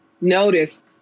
Notice